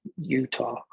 Utah